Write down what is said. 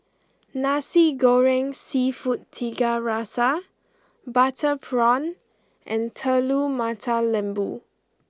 Nasi Goreng Seafood Tiga Rasa Butter Prawn and Telur Mata Lembu